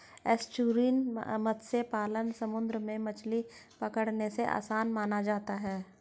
estuarine मत्स्य पालन समुंदर में मछली पकड़ने से आसान माना जाता है